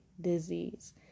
disease